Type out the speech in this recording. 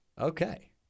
okay